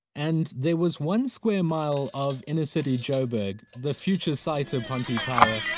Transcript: and there was one square mile of inner city joburg, the future site of ponte tower,